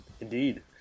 Indeed